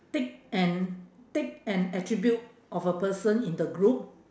take an take an attribute of a person in the group